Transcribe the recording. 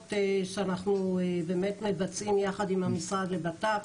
פעולות שאנחנו באמת מבצעים יחד עם המשרד לבט"פ.